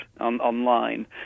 online